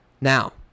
Now